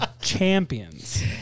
Champions